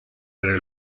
era